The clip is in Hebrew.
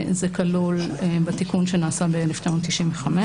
זה כלול בתיקון שנעשה ב-1995,